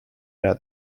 ära